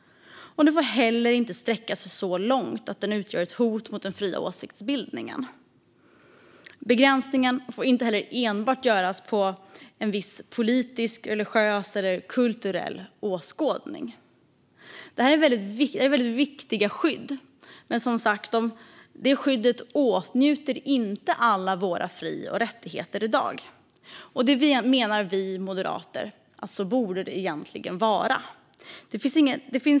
Den får inte heller sträcka sig så långt att den utgör ett hot mot den fria åsiktsbildningen. Begränsningen får inte heller enbart göras på grund av en viss politisk, religiös eller kulturell åskådning. Detta är väldigt viktiga skydd. Men detta skydd åtnjuter inte alla våra fri och rättigheter i dag. Vi moderater menar att det egentligen borde vara så.